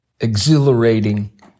exhilarating